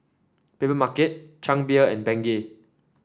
Papermarket Chang Beer and Bengay